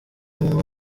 nko